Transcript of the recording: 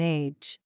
age